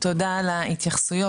תודה על ההתייחסויות,